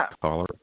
caller